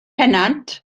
pennant